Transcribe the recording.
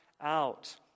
out